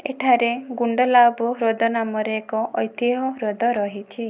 ଏଠାରେ ଗୁଣ୍ଡୋଲାବ ହ୍ରଦ ନାମରେ ଏକ ଐତିହ୍ୟ ହ୍ରଦ ରହିଛି